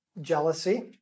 jealousy